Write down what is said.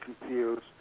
confused